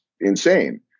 insane